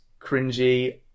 cringy